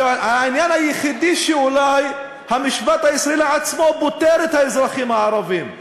והעניין היחידי אולי שהמשפט הישראלי עצמו פוטר ממנו את האזרחים הערבים.